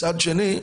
מצד שני,